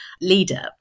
leader